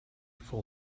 full